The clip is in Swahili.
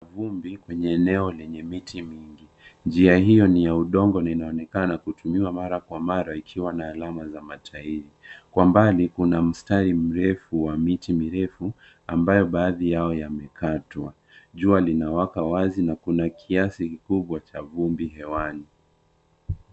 Vumbi kwenye eneo lenye miti mingi. Njia hiyo ni ya udongo na inaonekana kutumiwa mara kwa mara ikiwa na alama za matairi. Kwa mbali kuna mstari mrefu wa miti mirefu ambayo baadhi yao yamekatwa. Jua linawaka wazi na kuna kiasi kikubwa cha vumbi hewani.